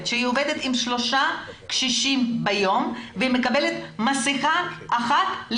שהיא עובדת עם שלוש קשישים ביום והיא מקבלת מסכה אחת ליום.